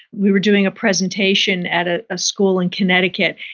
we were doing a presentation at ah a school in connecticut.